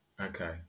Okay